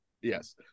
Yes